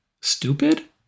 stupid